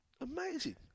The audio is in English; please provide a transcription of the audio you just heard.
Amazing